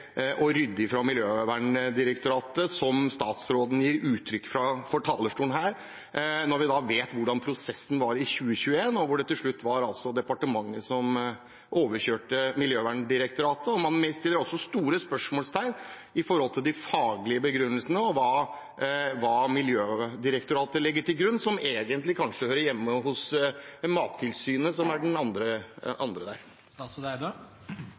og ryddig fra Miljødirektoratet som statsråden gir uttrykk for fra talerstolen her, når vi vet hvordan prosessen var i 2021, og hvor det til slutt altså var departementet som overkjørte Miljødirektoratet. Man setter også store spørsmålstegn ved de faglige begrunnelsene og hva Miljødirektoratet legger til grunn, som egentlig kanskje hører hjemme hos Mattilsynet, som er den andre der.